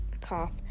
cough